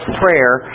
prayer